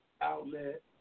outlet